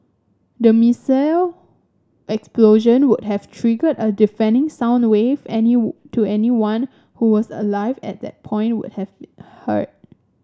the missile explosion would have triggered a deafening sound wave to anyone who was alive at that point would have been heard